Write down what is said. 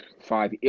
five